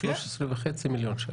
13.5 מיליון שקלים.